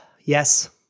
yes